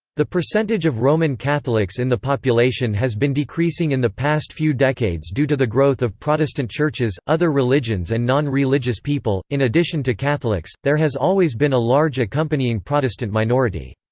the percentage of roman catholics in the population has been decreasing in the past few decades due to the growth of protestant churches, other religions and non-religious people in addition to catholics, there has always been a large accompanying protestant minority.